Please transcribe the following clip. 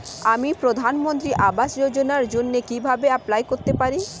আমি প্রধানমন্ত্রী আবাস যোজনার জন্য কিভাবে এপ্লাই করতে পারি?